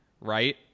right